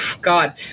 god